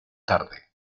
tarde